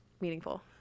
meaningful